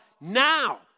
now